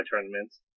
tournaments